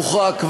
הוא כבר הוכרע.